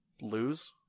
lose